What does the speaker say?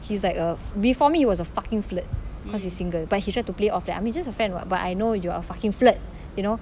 he's like a before me he was a fucking flirt cause he's single but he try to play off like I'm just a friend [what] but I know you're fucking flirt you know